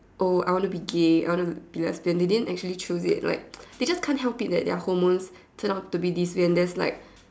oh I want to be gay I want to be lesbian they didn't actually choose it like they just can't help it that their hormones turned out to be this way and there's like